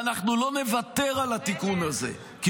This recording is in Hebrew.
ואנחנו לא נוותר על התיקון הזה -- בסדר.